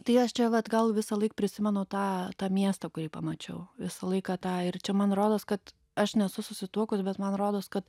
tai aš čia vat gal visąlaik prisimenu tą tą miestą kurį pamačiau visą laiką tą ir čia man rodos kad aš nesu susituokus bet man rodos kad